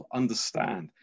understand